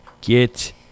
get